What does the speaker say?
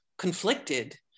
conflicted